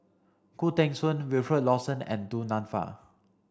Khoo Teng Soon Wilfed Lawson and Du Nanfa